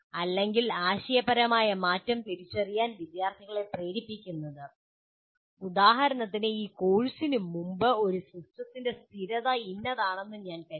അല്ലെങ്കിൽ ആശയപരമായ മാറ്റം തിരിച്ചറിയാൻ വിദ്യാർത്ഥികളെ പ്രേരിപ്പിക്കുന്നത് ഉദാഹരണത്തിന് ഈ കോഴ്സിന് മുമ്പ് ഒരു സിസ്റ്റത്തിന്റെ സ്ഥിരത ഇന്നതാണെന്ന് ഞാൻ കരുതി